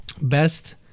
Best